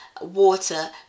water